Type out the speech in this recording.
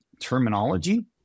terminology